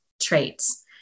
traits